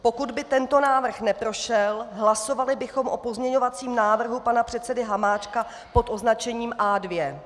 Pokud by tento návrh neprošel, hlasovali bychom o pozměňovacím návrhu pana předsedy Hamáčka pod označením A2.